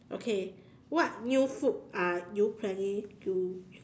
okay what new food are you planning to